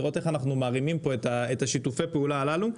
זה לראות איך אנחנו מרימים פה את שיתופי הפעולה הללו.